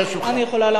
אני יכולה להמשיך?